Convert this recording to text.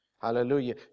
Hallelujah